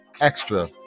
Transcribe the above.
extra